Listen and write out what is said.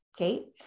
Okay